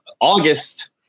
August